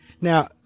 Now